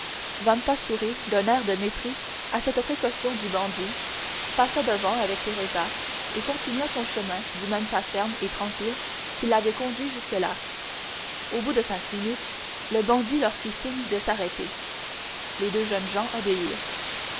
devant vampa sourit d'un air de mépris à cette précaution du bandit passa devant avec teresa et continua son chemin du même pas ferme et tranquille qui l'avait conduit jusque-là au bout de cinq minutes le bandit leur fit signe de s'arrêter les deux jeunes gens